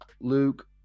Luke